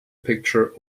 picture